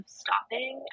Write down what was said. stopping